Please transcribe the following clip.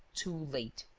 too late!